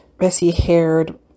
messy-haired